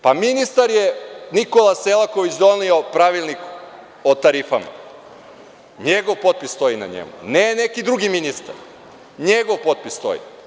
Pa, ministar je Nikola Selaković doneo Pravilnik o tarifama, njegov potpis stoji na njemu, ne neki drugi ministar, njegov potpis stoji.